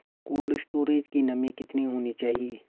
Cold storage की नमी कितनी होनी चाहिए?